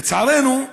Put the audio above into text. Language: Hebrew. לצערנו,